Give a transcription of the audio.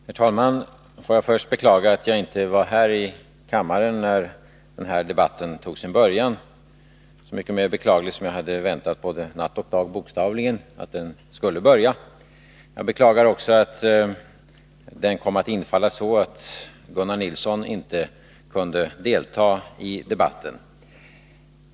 Herr talman! Får jag först beklaga att jag inte var här i kammaren när denna debatt tog sin början. Det är så mycket mer beklagligt som jag bokstavligen väntat både natt och dag på att den skulle börja. Jag beklagar också att debatten kom att infalla så, att Gunnar Nilsson inte kunde delta i den.